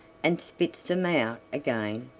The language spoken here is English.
and spits them out again,